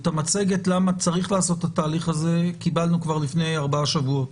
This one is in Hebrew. את המצגת למה צריך לעשות את התהליך הזה קיבלנו כבר לפני ארבעה שבועות.